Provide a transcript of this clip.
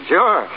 Sure